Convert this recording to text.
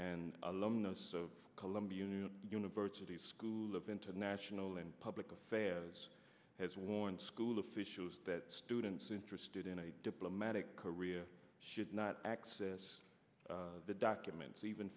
and alumni of columbia university's school of international and public affairs has warned school officials that students interested in a diplomatic career should not access the documents even